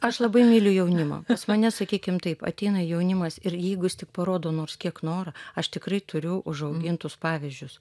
aš labai myliu jaunimą mane sakykim taip ateina jaunimas ir jeigu jis tik parodo nors kiek norą aš tikrai turiu užaugintus pavyzdžius